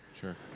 Sure